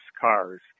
cars